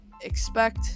expect